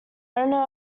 owner